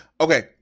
Okay